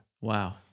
Wow